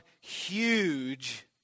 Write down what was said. huge